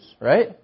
right